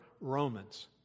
Romans